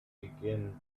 begin